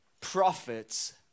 prophets